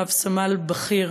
רב-סמל בכיר,